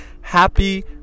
happy